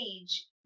age